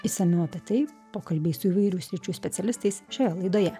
išsamiau apie tai pokalbiai su įvairių sričių specialistais šioje laidoje